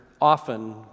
often